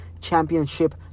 championship